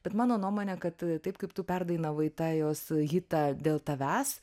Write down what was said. bet mano nuomone kad taip kaip tu perdainavai tą jos hitą dėl tavęs